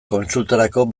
kontsultarako